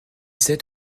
sept